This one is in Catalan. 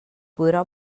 podrà